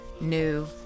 new